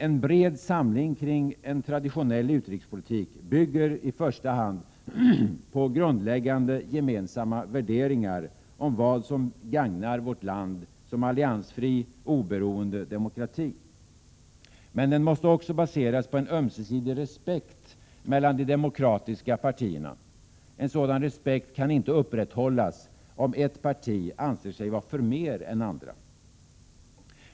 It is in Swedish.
En bred samling kring en traditionell utrikespolitik bygger i första hand på grundläggande gemensamma värderingar om vad som gagnar vårt land som alliansfri, oberoende demokrati. Men den måste också baseras på en ömsesidig respekt mellan de demokratiska partierna. En sådan respekt kan inte upprätthållas, om ett parti anser sig vara förmer än andra.